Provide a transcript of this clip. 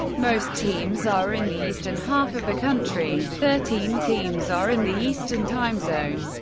most teams are in the eastern half of the country thirteen teams are in the eastern time zone,